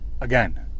again